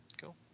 Cool